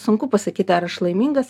sunku pasakyti ar aš laimingas